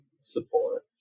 support